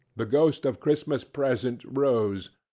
the ghost of christmas present rose.